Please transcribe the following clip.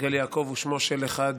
יגל יעקב הוא שמו של אחד